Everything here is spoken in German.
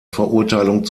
verurteilung